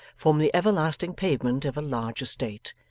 form the everlasting pavement of a large estate,